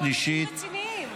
23 בעד, אין מתנגדים, אין נמנעים.